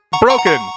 broken